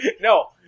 No